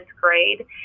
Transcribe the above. grade